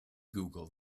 google